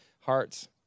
hearts